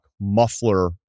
muffler